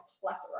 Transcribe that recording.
plethora